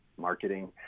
marketing